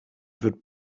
wird